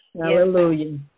Hallelujah